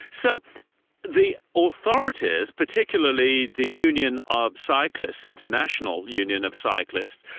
so the authorities, particularly the union of cyclists, international union of cyclists,